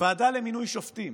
ועדה למינוי שופטים